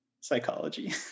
psychology